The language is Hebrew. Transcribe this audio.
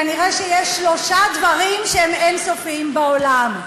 כנראה יש שלושה דברים שהם אין-סופיים בעולם: